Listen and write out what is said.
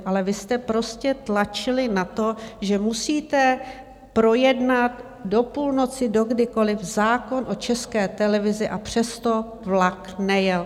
Ale vy jste prostě tlačili na to, že musíte projednat do půlnoci, do kdykoliv zákon o České televizi, a přes to vlak nejel.